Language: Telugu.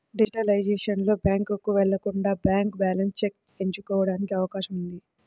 డిజిటలైజేషన్ లో, బ్యాంకుకు వెళ్లకుండానే బ్యాంక్ బ్యాలెన్స్ చెక్ ఎంచుకోవడానికి అవకాశం ఉంది